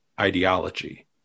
ideology